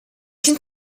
can